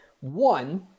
One